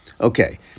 okay